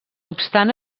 obstant